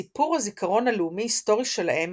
סיפור הזיכרון הלאומי-היסטורי שלהם